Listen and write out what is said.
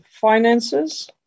finances